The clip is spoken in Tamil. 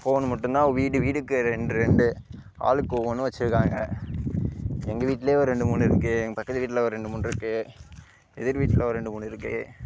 ஃபோனு மட்டும்தான் வீடு வீடுக்கு ரெண்டு ரெண்டு ஆளுக்கு ஒவ்வொன்று வச்சிருக்காங்க எங்கள் வீட்லேயே ஒரு ரெண்டு மூணு இருக்குது எங்கள் பக்கத்து வீட்டில் ஒரு ரெண்டு மூணு இருக்குது எதிர் வீட்டில் ஒரு ரெண்டு மூணு இருக்குது